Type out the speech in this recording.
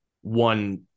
one